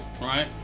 right